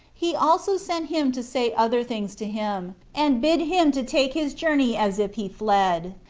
he also sent him to say other things to him, and bid him to take his journey as if he fled,